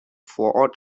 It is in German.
vorort